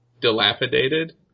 dilapidated